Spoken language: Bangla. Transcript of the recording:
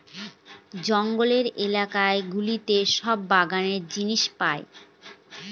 জঙ্গলের এলাকা গুলোতে সব বাগানের জিনিস পাই